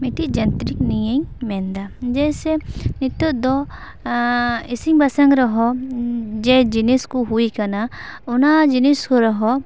ᱢᱤᱫᱴᱤᱡ ᱡᱟᱱᱛᱨᱤᱠ ᱱᱤᱭᱟᱹᱧ ᱢᱮᱱ ᱫᱟ ᱡᱮᱭᱥᱮ ᱱᱤᱛᱟᱹᱜ ᱫᱚ ᱤᱥᱤᱱ ᱵᱟᱥᱟᱝ ᱨᱮᱦᱚᱸ ᱡᱮ ᱡᱤᱱᱤᱥ ᱠᱚ ᱦᱩᱭ ᱠᱟᱱᱟ ᱚᱱᱟ ᱡᱤᱱᱤᱥ ᱨᱮᱦᱚᱸ